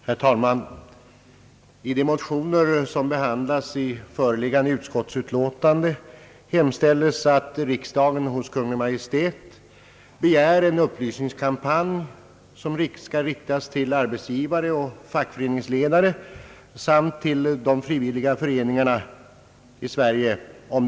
Herr talman! I de motioner, som behandlas i föreliggande utskottsutlåtande, hemställes att riksdagen måtte i skrivelse till Kungl. Maj:t begära igångsättande av en upplysningskampanj riktad till arbetsgivare och fackföreningsledare samt till de frivilliga föreningarna om de straffades problem.